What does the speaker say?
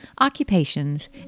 occupations